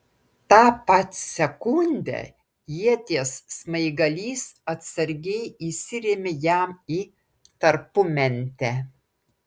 tą pat sekundę ieties smaigalys atsargiai įsirėmė jam į tarpumentę